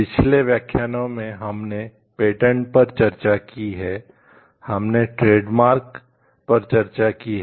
पिछले व्याख्यानों में हमने पेटेंट पर चर्चा की है हमने ट्रेडमार्क पर भी चर्चा की है